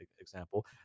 example